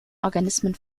organismen